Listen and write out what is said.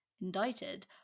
Indicted